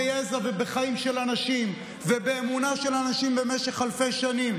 ביזע ובחיים של אנשים ובאמונה של אנשים במשך אלפי שנים.